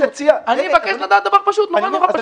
אני מבקש לדעת דבר נורא נורא פשוט.